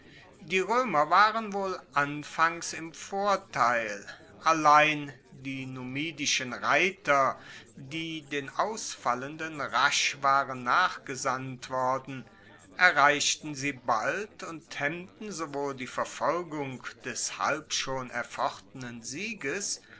die roemer waren wohl anfangs im vorteil allein die numidischen reiter die den ausfallenden rasch waren nachgesandt worden erreichten sie bald und hemmten sowohl die verfolgung des halb schon erfochtenen sieges